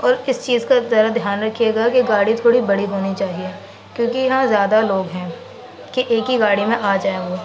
اور اس چیز کا ذرا دھیان رکھیے گا کہ گاڑی تھوڑی بڑی ہونی چاہیے کیونکہ یہاں زیادہ لوگ ہیں کہ ایک ہی گاڑی میں آ جائیں وہ